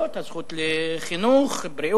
לא,